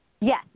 Yes